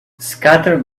scattered